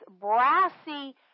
brassy